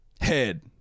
Head